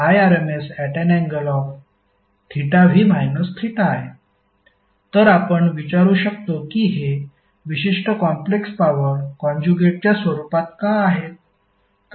S12VIVrmsIrmsVrmsIrmsv i तर आपण विचारू शकतो की हे विशिष्ट कॉम्प्लेक्स पॉवर कॉन्जुगेटच्या स्वरूपात का आहेत